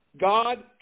God